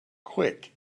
quick